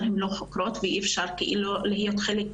אבל הן לא חוקרות והן לא יכולות להשתתף